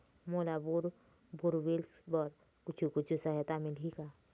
मोला bore borewells बर कुछू कछु सहायता मिलही का?